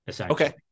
Okay